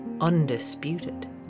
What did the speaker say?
undisputed